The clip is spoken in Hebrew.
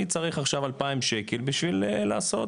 אני צריך עכשיו 2,000 שקל בשביל לעשות,